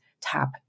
tap